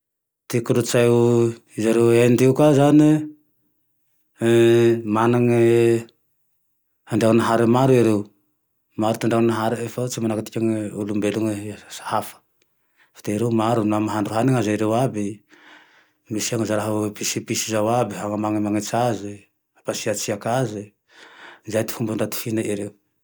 Ty kokotsaio zareo Inde io ko zane, manane ndranahary maro ereo, maro ty andriananaharine, fa ts manahaky tika olombelone eo sa hafa, fa te ereo maro na mahandro haniny aza ereo aby misy izao raha episy epise zao aby hahamanimanitsy aze, hampatsiatsike aze, zay ty fomba ndaty, fihinan'ny ereo